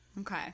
okay